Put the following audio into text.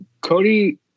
Cody